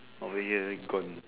over here already gone